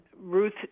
Ruth